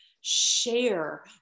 share